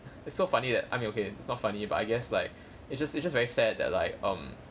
that's so funny that I mean okay it's not funny but I guess like it's just it's just very sad that like um